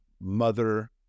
mother